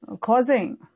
causing